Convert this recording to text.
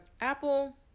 Apple